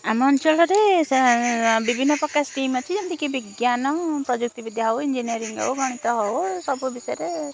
ଆମ ଅଞ୍ଚଳରେ ବିଭିନ୍ନ ପ୍ରକାର ସ୍କିମ୍ ଅଛି ଯେମିତିକି ବିଜ୍ଞାନ ପ୍ରଯୁକ୍ତିବିଦ୍ୟା ହେଉ ଇଞ୍ଜିନିୟରିଙ୍ଗ୍ ହେଉ ଗଣିତ ହେଉ ସବୁ ବିଷୟରେ